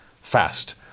Fast